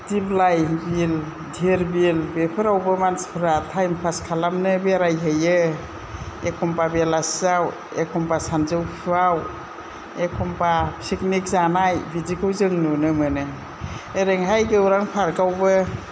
दिप्लाय बिल धीर बिल बेफोरावबो मानसिफोरा time pass खालामनो बेरायहैयो एखम्बा बेलासियाव एखम्बा सानजौफुआव एखम्बा फिकनिक जानाय बिदिखौ जों नुनो मोनो ओरैहाय गौरां पार्कावबो